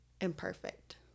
imperfect